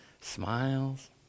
smiles